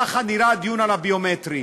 ככה נראה הדיון על הביומטרי.